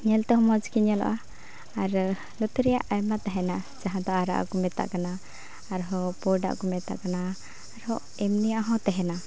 ᱧᱮᱞᱛᱮ ᱦᱚᱸ ᱢᱚᱡᱽᱜᱮ ᱧᱮᱞᱚᱜᱼᱟ ᱟᱨ ᱞᱩᱛᱩᱨ ᱨᱮᱭᱟᱜ ᱟᱭᱢᱟ ᱛᱟᱦᱮᱱᱟ ᱡᱟᱦᱟᱸᱫᱚ ᱟᱨᱟᱜᱟᱜ ᱠᱚ ᱢᱮᱛᱟᱜ ᱠᱟᱱᱟ ᱟᱨᱦᱚᱸ ᱯᱳᱸᱰᱟᱜ ᱠᱚ ᱢᱮᱛᱟᱜ ᱠᱟᱱᱟ ᱟᱨᱦᱚᱸ ᱮᱢᱱᱤᱭᱟᱜ ᱦᱚᱸ ᱛᱟᱦᱮᱱᱟ